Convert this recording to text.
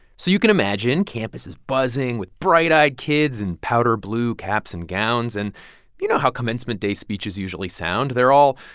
so you can imagine campus is buzzing with bright-eyed kids in powder blue caps and gowns. and you know how commencement day speeches usually sound. they're all,